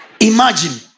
Imagine